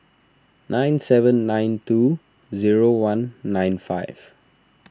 nine seven nine two zero one nine five